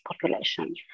population